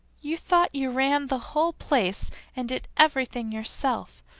you thought you ran the whole place and did everything yourself,